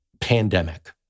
pandemic